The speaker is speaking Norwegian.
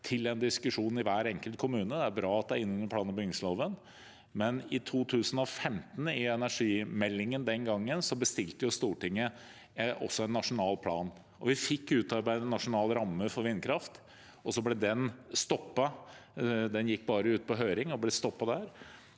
til en diskusjon i hver enkelt kommune. Det er bra at det er inne i plan- og bygningsloven, men i behandlingen av energimeldingen i 2015 bestilte Stortinget også en nasjonal plan. Vi fikk utarbeidet en nasjonal ramme for vindkraft, og så ble den stoppet. Den gikk bare ut på høring og ble stoppet der.